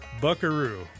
Buckaroo